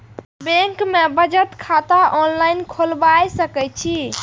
Bank में बचत खाता ऑनलाईन खोलबाए सके छी?